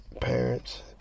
parents